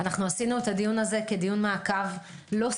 עשינו את הדיון הזה כדיון מעקב לא סתם.